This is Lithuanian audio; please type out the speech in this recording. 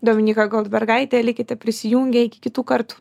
dominyka goldbergaitė likite prisijungę iki kitų kartų